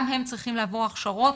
גם הם צריכים לעבור הכשרות